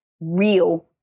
real